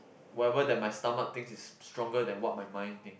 whatever that my stomach thinks is stronger than what my mind think